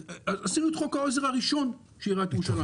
עשינו את חוק העזר הראשון של עיריית ירושלים.